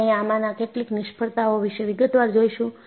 આપણે આમાંના કેટલીક નિષ્ફળતાઓ વિશે વિગતવાર જોઈશું